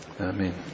Amen